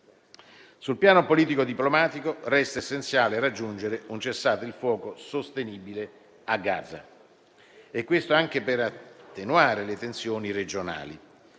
Sul piano politico-diplomatico, resta essenziale raggiungere un cessate il fuoco sostenibile a Gaza, anche per attenuare le tensioni regionali.